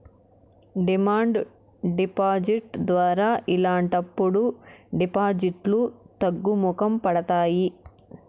demand deposit ద్వారా ఇలాంటప్పుడు డిపాజిట్లు తగ్గుముఖం పడతాయి